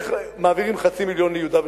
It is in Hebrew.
איך מעבירים חצי מיליון ליהודה ושומרון.